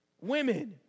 women